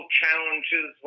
challenges